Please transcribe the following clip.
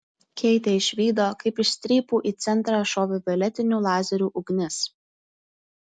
keitė išvydo kaip iš strypų į centrą šovė violetinių lazerių ugnis